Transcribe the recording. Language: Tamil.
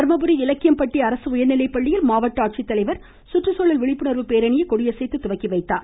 தர்மபுரி இலக்கியம்பட்டி அரசு உயர்நிலைப்பள்ளியில் மாவட்ட ஆட்சித்தலைவர் சுற்றுச்சூழல் விழிப்புணர்வு பேரணியை கொடியசைத்து துவக்கி வைத்தார்